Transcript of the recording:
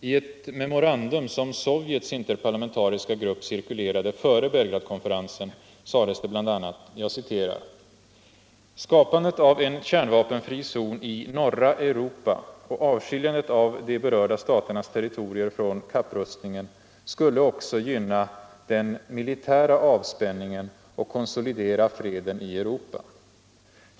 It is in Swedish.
I ett memorandum som Sovjets interparlamentariska grupp cirkulerade före Belgradkonferensen sades det bl.a.: ”Skapandet av en kärnvapenfri zon i norra Europa och avskiljandet av de berörda staternas territorier från kapprustningen skulle också gynna den militära avspänningen och konsolidera freden i Europa.